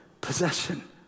possession